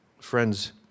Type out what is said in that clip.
Friends